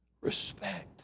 Respect